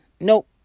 Nope